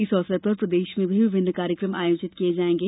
इस अवसर पर प्रदेश में भी विभिन्न कार्यक्रम आयोजित किये जायेंगे